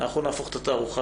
אנחנו נהפוך את התערוכה,